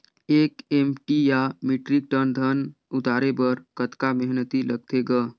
एक एम.टी या metric ton धन उतारे बर कतका मेहनती लगथे ग?